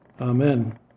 Amen